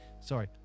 Sorry